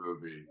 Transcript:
movie